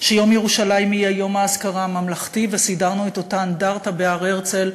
שיום ירושלים יהיה יום האזכרה הממלכתי וסידרנו את אותה אנדרטה בהר-הרצל,